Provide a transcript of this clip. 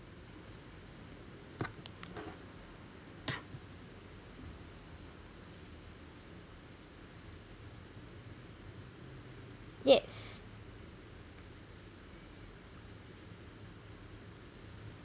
yes